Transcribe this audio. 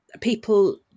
people